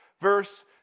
verse